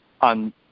On